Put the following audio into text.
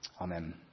Amen